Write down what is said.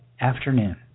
Afternoon